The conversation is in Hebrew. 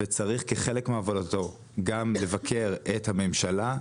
וצריך כחלק מעבודתו גם לבקר את הממשלה,